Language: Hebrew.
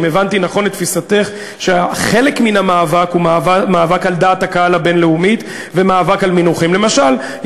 האם הגדה המערבית היא חלק